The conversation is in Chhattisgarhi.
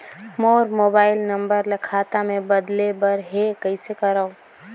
मोर मोबाइल नंबर ल खाता मे बदले बर हे कइसे करव?